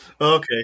Okay